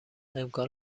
امکان